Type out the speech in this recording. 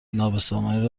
نابسامانی